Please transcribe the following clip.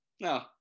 no